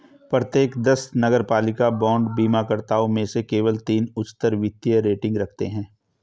प्रत्येक दस नगरपालिका बांड बीमाकर्ताओं में से केवल तीन उच्चतर वित्तीय रेटिंग रखते हैं